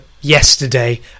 Yesterday